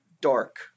dark